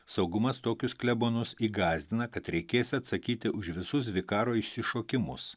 saugumas tokius klebonus įgąsdina kad reikės atsakyti už visus vikaro išsišokimus